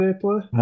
play